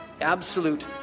Absolute